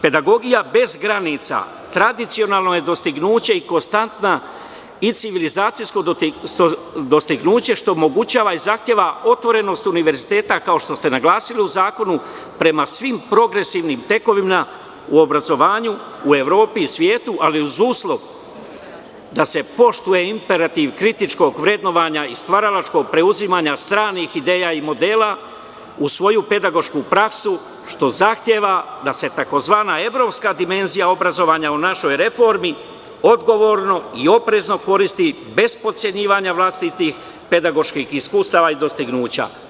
Pedagogija bez granica tradicionalno je dostignuće i konstantna i civilizacijsko dostignuće što omogućava i zahteva otvorenost univerziteta, kao što ste naglasili u zakonu, prema svim progresivnim tekovinama u obrazovanju, u Evropi i svetu ali uz uslov da se poštuje imperativ kritičkog vrednovanja i stvaralačkog preuzimanja stranih ideja i modela u svoju pedagošku praksu, što zahteva da se tzv. evropska dimenzija obrazovanja u našoj reformi odgovorno i oprezno koristi bez potcenjivanja vlastitih pedagoških iskustava i dostignuća.